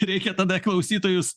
reikia tada klausytojus